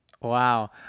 Wow